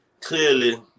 clearly